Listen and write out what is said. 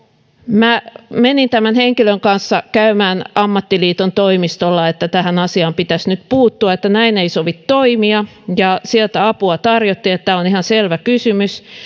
minä menin tämän henkilön kanssa käymään ammattiliiton toimistolla että tähän asiaan pitäisi nyt puuttua että näin ei sovi toimia ja sieltä apua tarjottiin että tämä on ihan selvä kysymys